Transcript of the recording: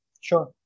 Sure